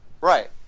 right